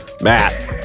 Matt